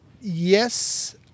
yes